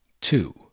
two